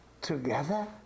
together